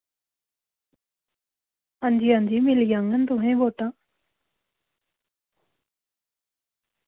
अंजी अंजी मिली जाङन तुसें गी बोटां